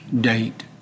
Date